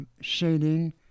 shading